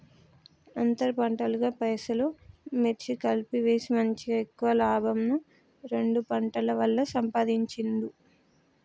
అంతర్ పంటలుగా పెసలు, మిర్చి కలిపి వేసి మంచిగ ఎక్కువ లాభంను రెండు పంటల వల్ల సంపాధించిండు